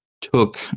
took